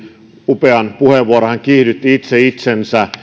upean puheenvuoron hän kiihdytti itse itsensä